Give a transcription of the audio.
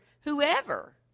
whoever